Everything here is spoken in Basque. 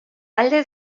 alde